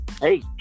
Hey